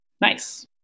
nice